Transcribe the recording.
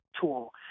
tool